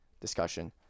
discussion